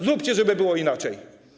Zróbcie, żeby było inaczej.